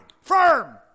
firm